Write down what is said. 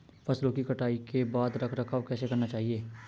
फसलों की कटाई के बाद रख रखाव कैसे करना चाहिये?